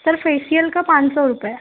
sir facial का पाँच सौ रुपया